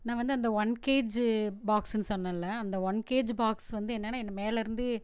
நான் வந்து அந்த ஒன் கேஜு பாக்ஸுன்னு சொன்னல்ல அந்த ஒன் கேஜு பாக்ஸ் வந்து என்னன்னா என்ன மேலேருந்து